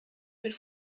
mit